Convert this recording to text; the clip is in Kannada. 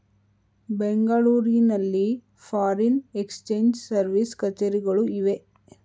ಬೆಂಗಳೂರಿನಲ್ಲಿ ಫಾರಿನ್ ಎಕ್ಸ್ಚೇಂಜ್ ಸರ್ವಿಸ್ ಕಛೇರಿಗಳು ಇವೆ